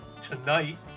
tonight